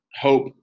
hope